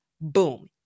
Boom